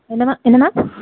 என்ன மேம் என்ன மேம்